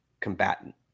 combatant